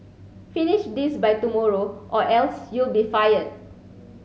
finish this by tomorrow or else you'll be fired